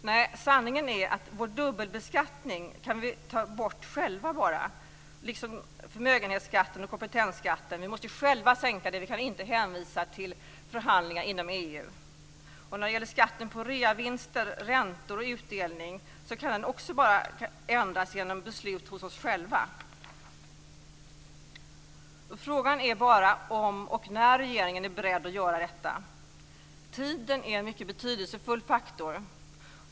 Nej, sanningen är att det är bara vi själva som kan ta bort vår dubbelbeskattning liksom förmögenhetsskatten och kompetensskatten. Vi måste själva genomföra en sänkning. Vi kan inte hänvisa till förhandlingar inom EU. När det gäller skatten på reavinster, räntor och utdelningar kan den också ändras bara genom beslut hos oss själva. Frågan är om och när regeringen är beredd att göra detta. Tiden är en mycket betydelsefull faktor.